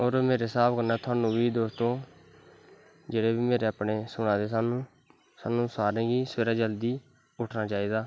और मेरे हिसाब कन्नै थोआनू बी दोस्तो जेह्ड़े बी मिगी अपनें सुना दे साह्नू सारें गी सवेरै जल्दी उट्ठनां चाही दा